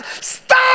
Stop